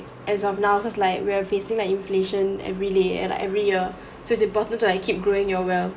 as of now cause like we're facing that inflation every day and every year so it's important to like keep growing your wealth